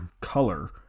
color